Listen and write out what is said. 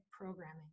programming